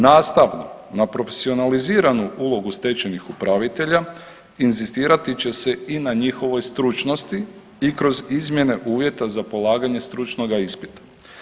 Nastavno na profesionaliziranu ulogu stečajnih upravitelja, inzistirati će se i na njihovoj stručnosti i kroz izmjene uvjeta za polaganje stručnoga ispita.